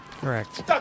correct